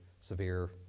severe